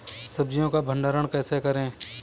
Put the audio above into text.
सब्जियों का भंडारण कैसे करें?